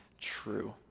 true